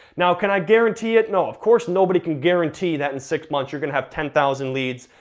now, can i guarantee it? no, of course nobody can guarantee that in six months you're gonna have ten thousand leads,